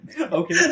okay